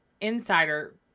insider